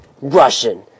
Russian